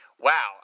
Wow